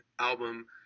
album